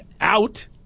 out